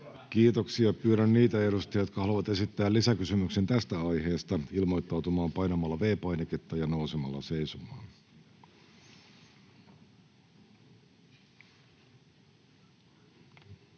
Kiitoksia. — Pyydän niitä edustajia, jotka haluavat esittää lisäkysymyksen tästä aiheesta, ilmoittautumaan painamalla V-painiketta ja nousemalla seisomaan. —